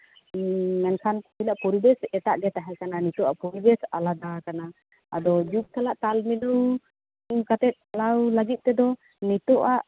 ᱢᱮᱱᱠᱷᱟᱱ ᱩᱱᱟᱜ ᱯᱚᱨᱤᱵᱮᱥ ᱮᱴᱟᱜ ᱜᱮ ᱛᱟᱦᱮᱸᱠᱟᱱᱟ ᱱᱤᱛᱳᱜᱟᱜ ᱯᱚᱨᱤᱵᱮᱥ ᱟᱞᱟᱫᱟ ᱟᱠᱟᱱᱟ ᱟᱫᱚ ᱡᱩᱜᱽ ᱥᱟᱞᱟᱜ ᱛᱟᱞ ᱢᱤᱞᱟᱹᱣ ᱠᱟᱛᱮ ᱛᱟᱲᱟᱢ ᱞᱟᱹᱜᱤᱫ ᱛᱮᱫᱚ ᱱᱤᱛᱳᱜᱟᱜ